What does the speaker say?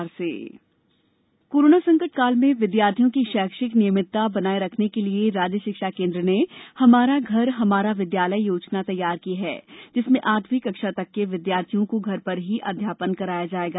हमारा घर हमारा विद्यालय कोरोना संकट काल में विद्यार्थियों की शैक्षिक नियमितता बनाए रखने के लिए राज्य शिक्षा केन्द्र ने हमारा घर हमारा विद्यालय योजना तैयार की है जिसमें आठवीं कक्षा तक के विद्यार्थियों को घर पर ही अध्यापन कराया जाएगा